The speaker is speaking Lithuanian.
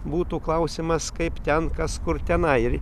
būtų klausimas kaip ten kas kur tenai ir